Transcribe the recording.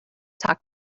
talk